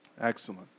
Excellent